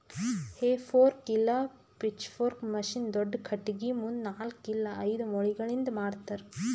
ಹೇ fork ಇಲ್ಲ pitchfork machine ದೊಡ್ದ ಖಟಗಿ ಮುಂದ ನಾಲ್ಕ್ ಇಲ್ಲ ಐದು ಮೊಳಿಗಳಿಂದ್ ಮಾಡ್ತರ